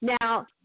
Now